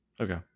okay